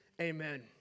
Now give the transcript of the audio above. Amen